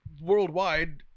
worldwide